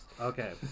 Okay